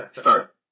Start